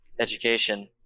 education